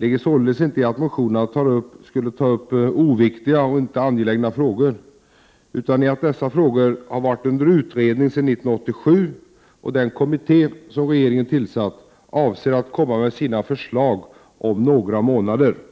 är således inte att motionerna inte skulle ta upp viktiga och angelägna frågor utan att dessa frågor varit under utredning sedan 1987 och att den kommitté som regeringen tillsatt avser att komma med sina förslag om några månader.